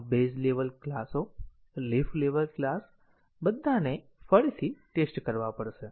આ base level ક્લાસો leaf level class બધાને ફરીથી ટેસ્ટ કરવા પડશે